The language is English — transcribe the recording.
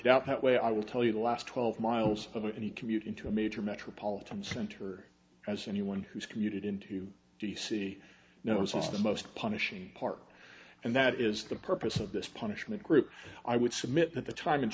it up that way i will tell you the last twelve miles of any commute into a major metropolitan center as anyone who's commuted into d c now is one of the most punishing part and that is the purpose of this punishment group i would submit that the time and